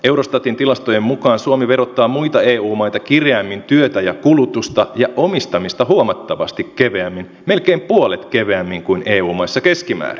eurostatin tilastojen mukaan suomi verottaa muita eu maita kireämmin työtä ja kulutusta ja omistamista huomattavasti keveämmin melkein puolet keveämmin kuin eu maissa keskimäärin